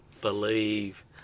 Believe